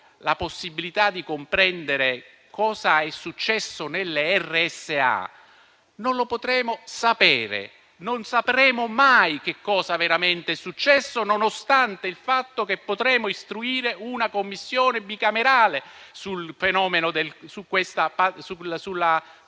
la possibilità di capire cosa è successo nelle RSA, non le potremo sapere. Non sapremo mai che cosa veramente è successo, nonostante il fatto che potremmo istruire una Commissione bicamerale sulla pandemia.